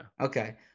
Okay